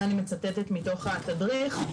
את זה אני מצטטת מתוך התדריך.